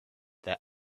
their